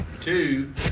Two